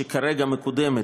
שכרגע מקודמת,